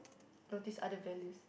notice other values